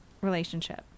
relationship